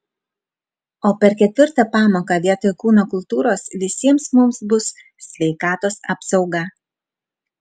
o per ketvirtą pamoką vietoj kūno kultūros visiems mums bus sveikatos apsauga